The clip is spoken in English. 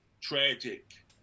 tragic